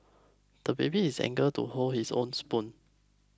The baby is anger to hold his own spoon